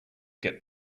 get